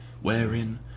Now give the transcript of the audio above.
wherein